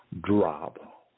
drop